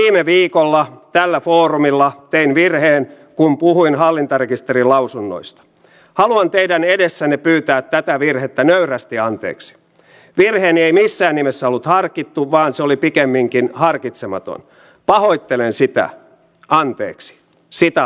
meillä oli pari vuotta sitten espoossa tilanne jossa pankkikortilla varastettiin vammaisen henkilön tilit tyhjäksi ja vaikka oli valvontakameran kuvaa olemassa poliisi ei pystynyt saamaan tätä henkilöä koskaan kiinni ja nämä ihmiset sitten menettivät rahansa